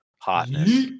hotness